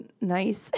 nice